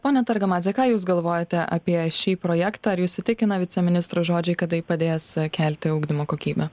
ponia targamadze ką jūs galvojate apie šį projektą ar jus įtikina viceministro žodžiai kad tai padės kelti ugdymo kokybę